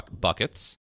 buckets